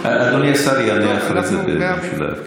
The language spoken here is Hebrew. אדוני השר יענה אחרי זה במשולב.